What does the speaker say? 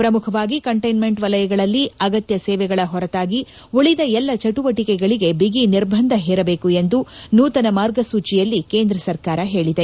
ಪ್ರಮುಖವಾಗಿ ಕಂಟ್ವೆನ್ಮೆಂಟ್ ವಲಯಗಳಲ್ಲಿ ಅಗತ್ಯ ಸೇವೆಗಳ ಹೊರತಾಗಿ ಉಳಿದ ಎಲ್ಲ ಚಟುವಟಿಕೆಗಳಿಗೆ ಬಿಗಿ ನಿರ್ಬಂಧ ಹೇರಬೇಕು ಎಂದು ನೂತನ ಮಾರ್ಗಸೂಚಿಯಲ್ಲಿ ಕೇಂದ್ರ ಸರಕಾರ ಹೇಳಿದೆ